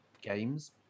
games